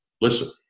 listen